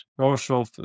social